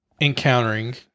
encountering